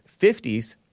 50s